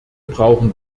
brauchen